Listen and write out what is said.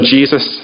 Jesus